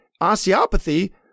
osteopathy